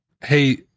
Hey